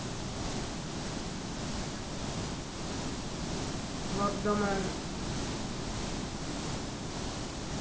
Bardhaman